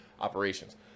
operations